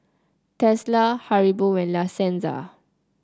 Tesla Haribo and La Senza